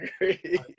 agree